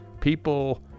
People